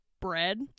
bread